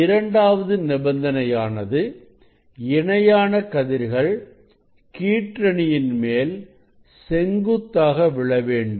இரண்டாவது நிபந்தனை ஆனது இணையான கதிர்கள் கீற்றணியின் மேல் செங்குத்தாக விழவேண்டும்